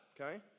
okay